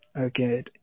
Okay